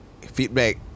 Feedback